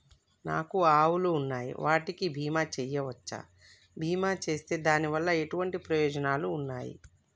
నాకు ఆవులు ఉన్నాయి వాటికి బీమా చెయ్యవచ్చా? బీమా చేస్తే దాని వల్ల ఎటువంటి ప్రయోజనాలు ఉన్నాయి?